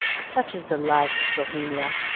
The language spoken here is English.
such is the life of bohemia,